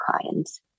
clients